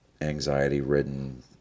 anxiety-ridden